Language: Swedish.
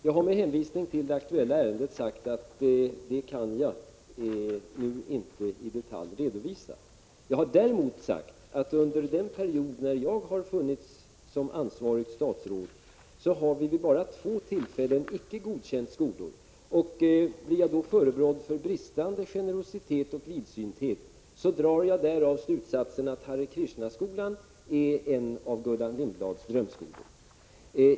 Jag har med hänvisning till det aktuella ärendet sagt att jag inte i detalj kan redovisa detta. Jag har däremot sagt att under den period som jag har varit ansvarigt statsråd har vi vid bara två tillfällen icke godkänt skolor. Om jag då blir förebrådd för bristande generositet och vidsynthet, drar jag därav slutsatsen att Hare Krishna-skolan är en av Gullan Lindblads drömskolor.